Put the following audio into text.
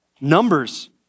Numbers